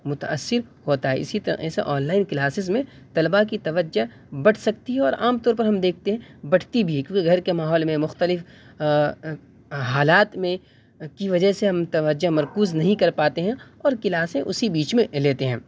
متاثر ہوتا ہے اسی طرح سے آنلائن کلاسز میں طلبہ کی توجہ بٹ سکتی ہے اور عام طور پر ہم دیکھتے ہیں بٹتی بھی ہے کیونکہ گھر کے ماحول میں مختلف حالات میں کی وجہ سے ہم توجہ مرکوز نہیں کر پاتے ہیں اور کلاسیں اسی بیچ میں لیتے ہیں